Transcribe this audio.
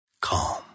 calm